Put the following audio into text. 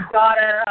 daughter